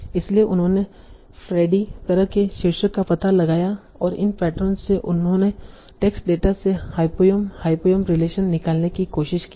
इसलिए उन्होंने फ्रेडी तरह के शीर्षक का पता लगाया और इन पैटर्नों से उन्होंने टेक्स्ट डेटा से हायपोंयम हायपोंयम रिलेशन निकालने की कोशिश की है